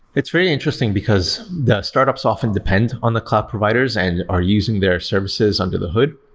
it's very interesting, because the startups often depend on the cloud providers and are using their services under the hood.